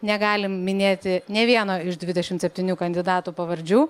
negalim minėti nei vieno iš dvidešimt septynių kandidatų pavardžių